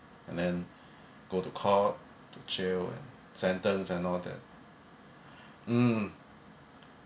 and then go to court to jail and sentence and all that um